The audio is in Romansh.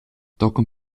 tochen